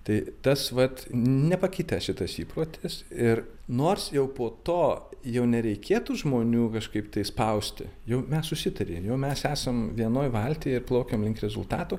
tai tas vat nepakitę šitas įprotis ir nors jau po to jau nereikėtų žmonių kažkaip tai spausti jau mes susitarėm mes esam vienoj valty ir plaukiam link rezultatų